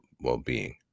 well-being